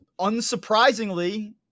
unsurprisingly